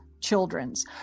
Children's